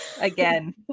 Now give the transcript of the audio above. again